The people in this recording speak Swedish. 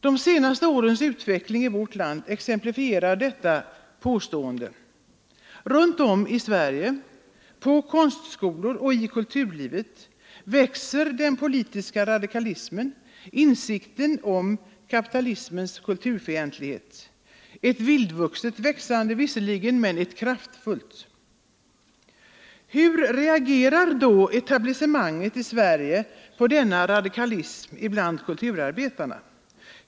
De senaste årens utveckling i vårt land exemplifierar detta påstående. Runt om i Sverige, på konstskolorna och i kulturlivet, växer den politiska radikalismen, insikten om kapitalismens kulturfientlighet. Ett visserligen vildvuxet men ett kraftfullt växande. Hur reagerar då etablissemanget i Sverige på denna radikalism bland kulturarbetarna?